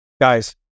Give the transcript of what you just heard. guys